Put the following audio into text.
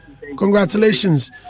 Congratulations